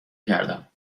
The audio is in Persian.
کردم